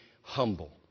humble